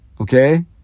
Okay